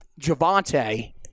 Javante